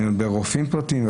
רופאים פרטיים,